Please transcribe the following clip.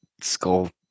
skull